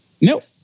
Nope